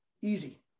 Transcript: easy